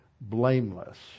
blameless